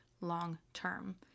long-term